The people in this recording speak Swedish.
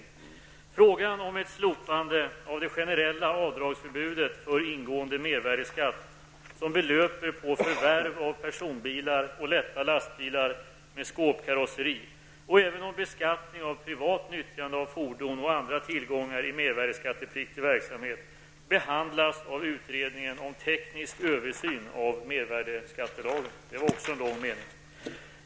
Frågan om ett slopande av det generella avdragsförbudet för ingående mervärdeskatt som belöper på förvärv av personbilar och lätta lastbilar med skåpkarosseri och även om beskattning av privat nyttjande av fordon och andra tillgångar i mervärdeskattepliktig verksamhet, behandlas av utredningen om teknisk översyn av mervärdeskattelagen.